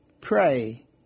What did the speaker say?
pray